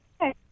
okay